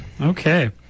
okay